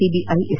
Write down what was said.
CBI S